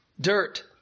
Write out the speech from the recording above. dirt